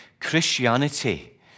Christianity